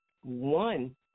one